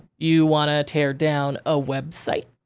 you wanna tear down a website?